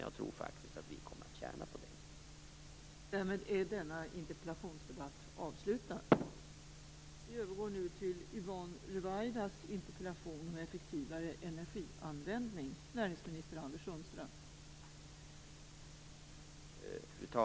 Jag tror faktiskt att vi kommer att tjäna på det här.